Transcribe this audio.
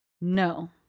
No